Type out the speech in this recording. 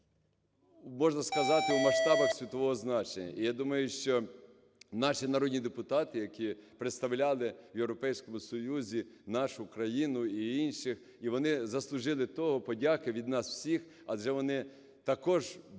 можна сказати, в масштабах світового значення. І я думаю, що наші народні депутати, які представляли в Європейському Союзі нашу країну і інших, і вони заслужили того, подяки від нас всіх, адже вони також в